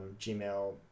Gmail